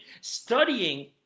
studying